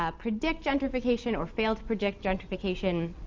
ah predict gentrification or fail to predict gentrification,